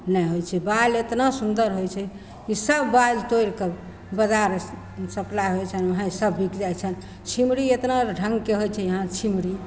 नहि होइ छै बालि एतना सुन्दर होइ छै कि सब बालि तोड़िके बजार सप्लाइ होइ छनि वहाँ सब बिक जाइ छनि छिमरी एतना ढङ्गके होइ छै यहाँ छिमरी